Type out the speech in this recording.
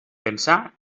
pensar